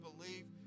believe